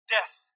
Death